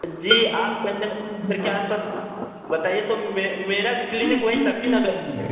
जी आप पहले अपने घर के आसपास बताइए तो मैं मेरा भी क्लीनिक वहीं शक्तिनगर में ही है